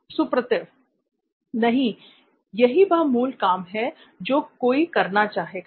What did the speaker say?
सुप्रतिप नहीं यही वह मूल काम है जो कोई करना चाहेगा